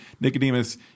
Nicodemus